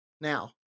Now